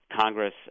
Congress